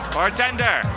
Bartender